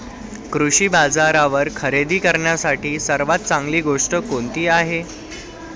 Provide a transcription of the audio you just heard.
कृषी बाजारावर खरेदी करण्यासाठी सर्वात चांगली गोष्ट कोणती आहे?